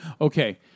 okay